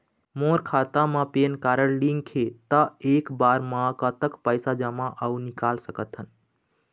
मोर खाता मा PAN card link हे ता एक बार मा कतक पैसा जमा अऊ निकाल सकथन?